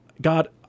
God